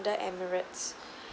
the Emirates